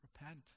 Repent